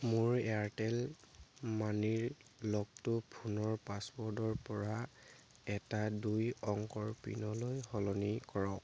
মোৰ এয়াৰটেল মানিৰ লকটো ফোনৰ পাছৱৰ্ডৰপৰা এটা দুই অংকৰ পিনলৈ সলনি কৰক